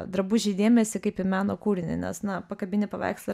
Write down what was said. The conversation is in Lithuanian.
drabužį dėmesį kaip į meno kūrinį nes na pakabini paveikslą